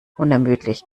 unermüdlich